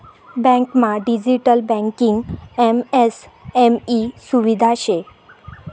बँकमा digital banking MSME सुविधा शे